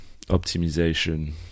optimization